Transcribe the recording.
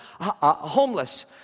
homeless